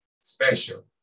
Special